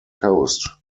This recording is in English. coast